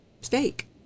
steak